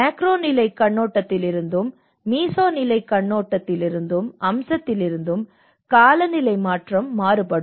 macro நிலைக் கண்ணோட்டத்திலிருந்தும் அதன் மீசோ நிலை அம்சத்திலிருந்தும் காலநிலை மாற்றம் மாறுபடும்